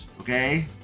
okay